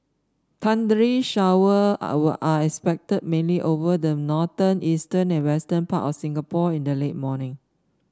thundery shower are expected mainly over the northern eastern and western parts of Singapore in the late morning